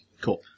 Cool